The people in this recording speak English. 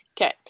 Okay